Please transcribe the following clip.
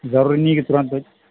ضروری نہیں ہے کہ ترنت ہو